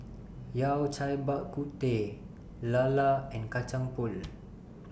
Yao Cai Bak Kut Teh Lala and Kacang Pool